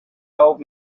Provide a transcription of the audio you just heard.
old